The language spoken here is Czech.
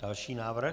Další návrh.